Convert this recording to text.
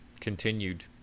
continued